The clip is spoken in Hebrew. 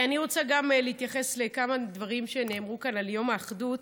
אני רוצה גם להתייחס לכמה דברים שנאמרו כאן על יום האחדות.